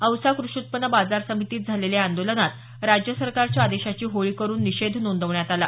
औसा कृषी उत्पन्न बाजार समितीत झालेल्या या आंदोलनात राज्य सरकारच्या आदेशाची होळी करुन निषेध नोंदवण्यात आला